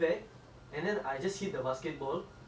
the ball just went inside the bush